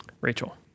Rachel